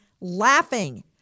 laughing